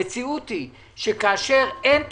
המציאות היא שכאשר אין תקציב,